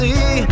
See